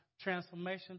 Transformation